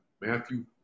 Matthew